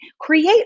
create